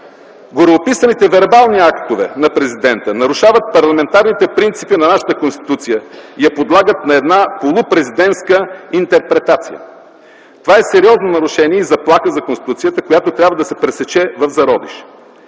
гореописаните вербални актове на президента нарушават парламентарните принципи на нашата Конституция и я подлагат на една полупрезидентска интерпретация. Това е сериозно нарушение и заплаха за Конституцията, която трябва да се пресече в зародиш.